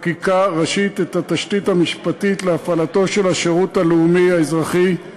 התשתית המשפטית להפעלתו של השירות הלאומי האזרחי,